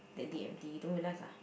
that day empty you don't realise ah